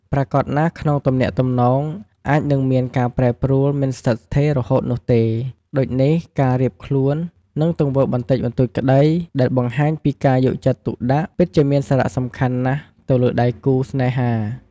ប្រាកដណាស់ក្នុងទំនាក់ទំនងអាចនឹងមានការប្រែប្រួលមិនស្ថិតស្ថេររហូតនោះទេ ដូចនេះការរៀបចំខ្លួន និងទង្វើបន្តិចបន្តួចក្តីដែលបង្ហាញពីការយកចិត្តទុកដាក់ពិតជាមានសារៈសំខាន់ណាស់ទៅលើដៃគូរស្នេហា។